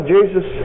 Jesus